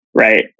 right